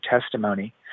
testimony